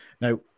Now